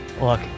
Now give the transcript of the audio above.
Look